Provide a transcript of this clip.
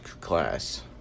class